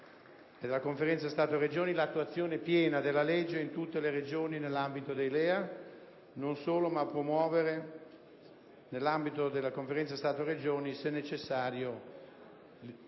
sede di Conferenza Stato-Regioni, l'attuazione piena della legge in tutte le Regioni nell'ambito dei LEA e a promuovere, nell'ambito della Conferenza Stato-Regioni, se necessario,